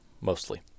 mostly